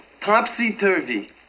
Topsy-Turvy